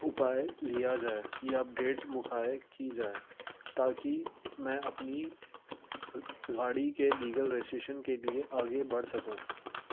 اپائے لیا جائے یا اپڈیٹ مکھاہ کی جائے تاکہ میں اپنی گاڑی کے لیگل رجسٹریشن کے لیے آگے بڑھ سکوں